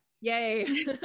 yay